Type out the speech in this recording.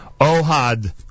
Ohad